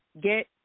get